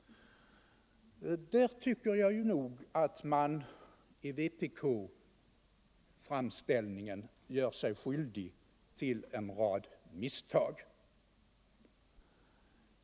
Där tycker jag att man i vpk-framställningen gör sig skyldig till en rad misstag.